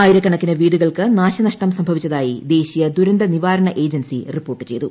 ആയിരക്കണക്കിന് വീടുകൾക്ക് നാശനഷ്ടം സംഭവിച്ചതായി ദേശീയ ദുരന്തനിവാരണ ഏജൻസി റിപ്പോർട്ട് ചെയ്തു